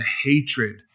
hatred